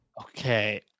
okay